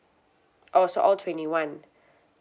oh so all twenty one